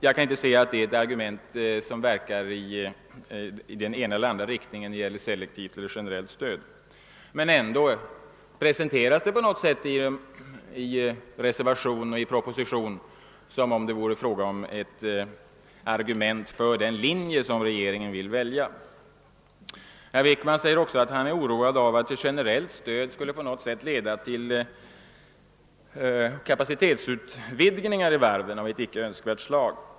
Jag kan inte se att detta är ett argument för eller emot selektivt stöd heller. ändå presenteras deita i propositionen och reservationen som om det vore fråga om ett argument. för den linje som regeringen vill välja. Herr Wickman säger också att han är oroad av att ett generellt stöd skulle leda till kapacitetsutvidgningar av ett icke önskvärt slag i varven.